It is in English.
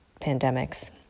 pandemics